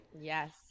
Yes